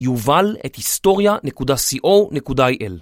יובל@היסטוריה.co.il